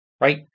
right